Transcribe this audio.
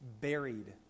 buried